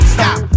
Stop